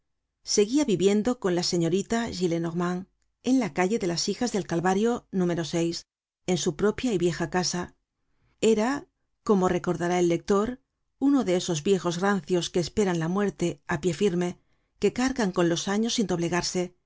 seguia viviendo con la señorita gillenormand en la calle de las hijas del calvario número en su propia y vieja casa era como recordará el lector uno de esos viejos rancios que esperan la muerte á pie firme que cargan con los años sin doblegarse